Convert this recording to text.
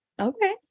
Okay